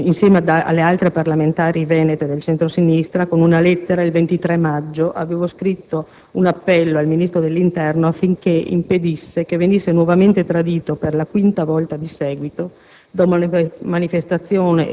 Anch'io, insieme alle altre parlamentari venete del centro-sinistra, con una lettera, il 23 maggio, avevo rivolto un appello al Ministro dell'interno affinché impedisse che venisse nuovamente tradito per la quinta volta di seguito